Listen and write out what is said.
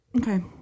Okay